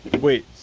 Wait